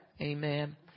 amen